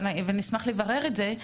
ואני ונשמח לברר את זה,